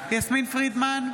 יסמין פרידמן,